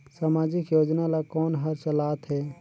समाजिक योजना ला कोन हर चलाथ हे?